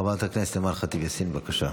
חברת הכנסת אימאן ח'טיב יאסין, בבקשה.